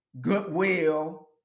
goodwill